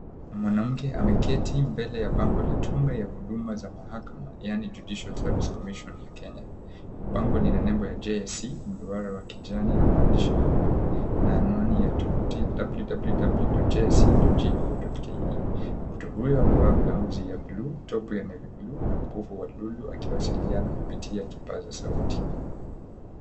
Mwanamke ameketi mbele ya bango la tume la huduma za mahakama yaani, Judicial Service Commission ya Kenya. Bango lina nembo ya JSC, mduara wa kijani na maandishi meupe na anwani ya tovuti, www.jsc.go.ke. Mtu huyu amevaa blausi ya buluu, topu ya navy blue na mkufu wa lulu akiwashiriana kupitia kipaza sauiti.